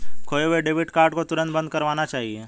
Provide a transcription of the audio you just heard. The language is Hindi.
खोये हुए डेबिट कार्ड को तुरंत बंद करवाना चाहिए